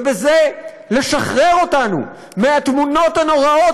ובזה לשחרר אותנו מהתמונות הנוראות